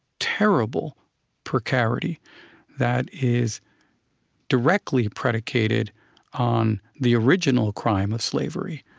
terrible precarity that is directly predicated on the original crime of slavery,